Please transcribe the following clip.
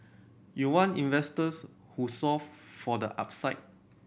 you want investors who solve for the upside